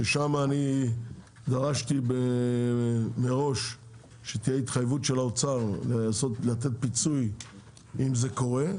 ששם אני דרשתי מראש שתהיה התחייבות של האוצר לתת פיצוי אם זה קורה,